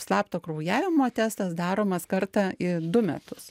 slapto kraujavimo testas daromas kartą į du metus